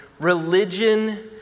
Religion